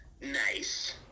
Nice